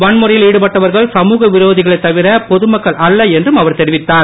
வன்முறையில் ஈடுபட்டவர்கள் சமூக விரோதிகளே தவிர பொதுமக்கள் அல்ல என்றும் அவர் தெரிவித்தார்